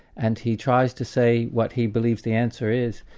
and he tries to say what he believes the answer is.